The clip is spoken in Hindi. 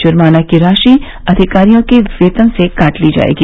जुर्माना की राशि अधिकारियों के वेतन से काट ली जायेगी